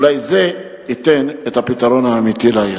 אולי זה ייתן את הפתרון האמיתי לעניין.